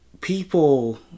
people